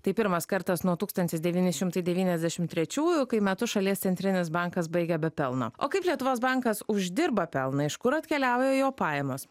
tai pirmas kartas nuo tūkstantis devyni šimtai devyniasdešim trečiųjų kai metus šalies centrinis bankas baigė be pelno o kaip lietuvos bankas uždirba pelną iš kur atkeliauja jo pajamos